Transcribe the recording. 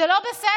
זה לא בסדר.